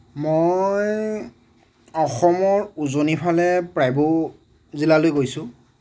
মই অসমৰ উজনিৰ ফালে প্ৰায়বোৰ জিলালৈ গৈছোঁ